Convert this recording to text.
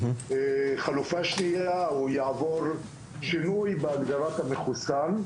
חלופה שנייה, הוא יעבור שינוי בהגדרת המחוסן,